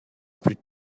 plus